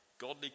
Godly